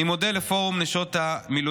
אני מודה לפורום נשות המילואימניקים,